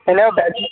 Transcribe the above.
इन जो